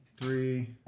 Three